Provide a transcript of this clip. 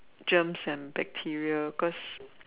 germs and bacteria cause